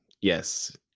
Yes